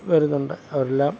വരുന്നുണ്ട് അവരെല്ലാം